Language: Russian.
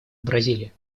бразилии